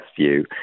view